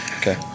okay